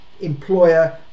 employer